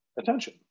Attention